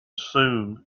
soon